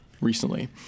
recently